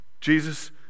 Jesus